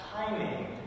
timing